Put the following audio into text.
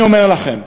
אני אומר לכם,